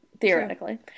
Theoretically